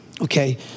Okay